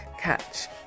catch